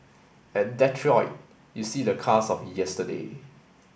at Detroit you see the cars of yesterday